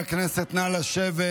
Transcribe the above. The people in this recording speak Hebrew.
חברי הכנסת נא לשבת,